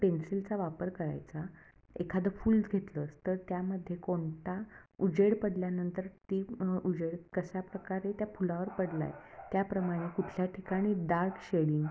पेन्सिलचा वापर करायचा एखादं फूल घेतलंस तर त्यामध्ये कोणता उजेड पडल्यानंतर ती उजेड कशा प्रकारे त्या फुलावर पडला आहे त्याप्रमाणे कुठल्या ठिकाणी डार्क शेडिंग